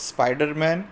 spiderman